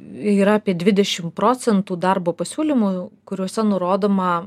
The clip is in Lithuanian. yra apie dvidešimt procentų darbo pasiūlymų kuriuose nurodoma